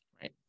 right